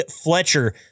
Fletcher